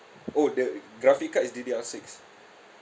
oh the graphic card is D_D_R six